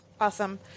Awesome